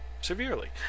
severely